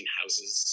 houses